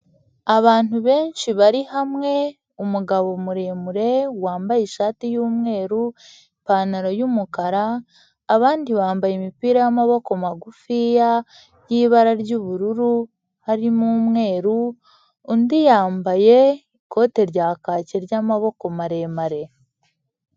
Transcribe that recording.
Abantu benshi bari hamwe, umugabo muremure, wambaye ishati y'umweru, ipantaro y'umukara, abandi bambaye imipira y'amaboko magufiya, y'ibara ry'ubururu harimo umweru, undi yambaye ikote rya kaki ry'amaboko maremare.